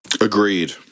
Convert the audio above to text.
Agreed